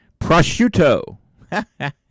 prosciutto